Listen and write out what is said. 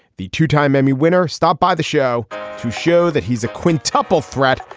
the two time emmy winner stopped by the show to show that he's a quintuple threat.